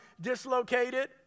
dislocated